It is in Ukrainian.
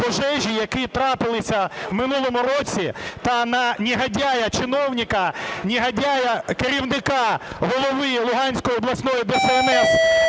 які трапилися в минулому році, та на негодяя-чиновника, негодяя - керівника голови Луганської обласної ДСНС